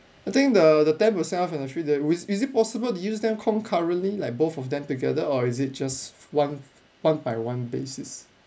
I think the the ten percent off and the free delivery is it possible to use them concurrently like both of them together or is it just one one by one basis